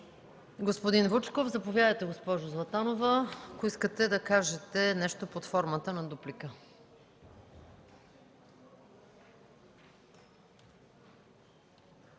господин Вучков. Заповядайте госпожо Златанова, ако искате да кажете нещо под формата на дуплика.